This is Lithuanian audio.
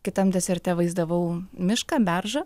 kitam deserte vaizdavau mišką beržą